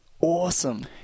awesome